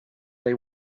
they